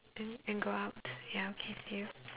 then and go out ya okay see you